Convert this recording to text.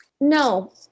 No